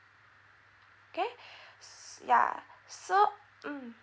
okay s~ ya so mm